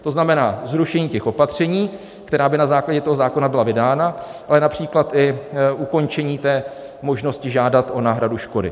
To znamená zrušení těch opatření, která by na základě toho zákona byla vydána, ale například i ukončení té možnosti žádat o náhradu škody.